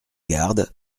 gardes